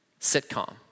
sitcom